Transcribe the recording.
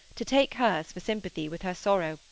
to take hers for sympathy with her sorrow,